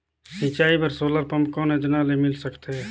सिंचाई बर solar pump कौन योजना ले मिल सकथे?